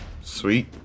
Sweet